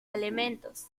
elementos